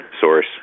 source